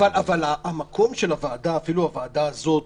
המקום של הוועדה, אפילו הוועדה הזאת,